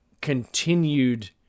continued